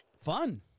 Fun